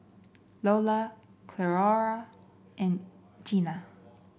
Loula Cleora and Jeana